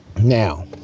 Now